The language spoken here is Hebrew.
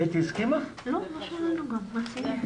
י"ג באב התש"ף ואני מתכבד לפתוח את ישיבת ועדת העבודה,